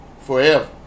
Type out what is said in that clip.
forever